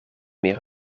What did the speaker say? meer